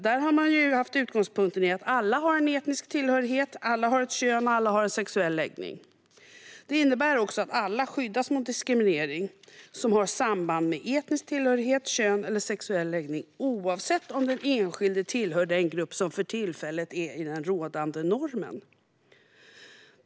Där har man i stället haft utgångspunkten att alla har en etnisk tillhörighet, ett kön och en sexuell läggning. Det innebär också att alla skyddas mot diskriminering som har samband med etnisk tillhörighet, kön eller sexuell läggning, oavsett om den enskilde tillhör den grupp som för tillfället är den rådande normen.